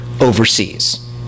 overseas